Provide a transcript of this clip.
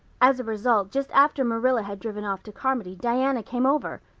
as a result just after marilla had driven off to carmody, diana came over,